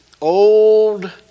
old